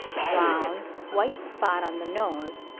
round, white spot on the nose,